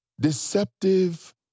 deceptive